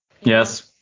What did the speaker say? Yes